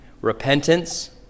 repentance